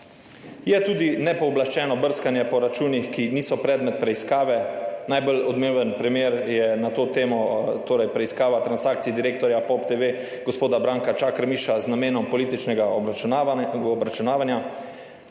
je tudi nepooblaščeno brskanje po računih, ki niso predmet preiskave, najbolj odmeven primer je na to temo torej preiskava transakcij direktorja POP TV, gospoda Branka Čakarmiša z namenom političnega obračunavanja.